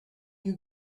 you